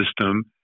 system